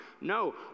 No